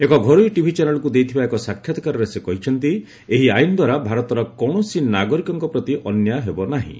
ଏକ ଘରୋଇ ଟିଭି ଚ୍ୟାନେଲ୍କୁ ଦେଇଥିବା ଏକ ସାକ୍ଷାତକାରରେ ସେ କହିଛନ୍ତି ଏହି ଆଇନ ଦ୍ୱାରା ଭାରତର କୌଣସି ନାଗରିକଙ୍କ ପ୍ରତି ଅନ୍ୟାୟ ହେବ ନାହିଁ